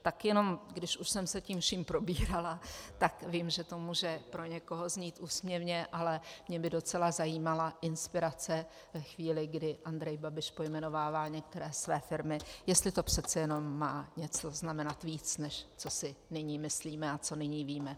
Tak jenom když už jsem se tím vším probírala, vím, že to může pro někoho znít úsměvně, ale mě by docela zajímala inspirace ve chvíli, kdy Andrej Babiš pojmenovává některé své firmy, jestli to přece jenom má znamenat něco víc, než co si nyní myslíme a co nyní víme.